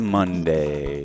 Monday